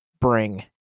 bring